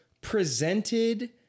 presented